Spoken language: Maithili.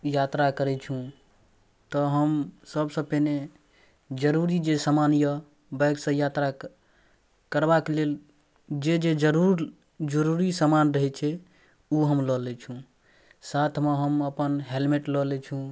यात्रा करै छी तऽ हम सबसँ पहिने जरूरी जे समान अइ बाइकसँ यात्रा कर करबाक लेल जे जे जरूर जरूरी समान रहै छै ओ हम लऽ लै छी साथमे हम अपन हेलमेट लऽ लै छी